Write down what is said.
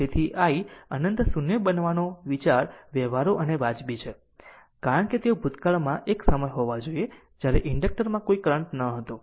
તેથી I અનંત 0 બનાવવાનો વિચાર વ્યવહારુ અને વાજબી છે કારણ કે તેઓ ભૂતકાળમાં એક સમય હોવા જોઈએ જ્યારે ઇન્ડક્ટર માં કોઈ કરંટ ન હતો